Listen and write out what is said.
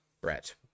Brett